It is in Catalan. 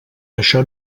això